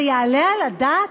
זה יעלה על הדעת?